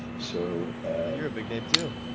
so ah you're a big name, too.